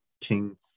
King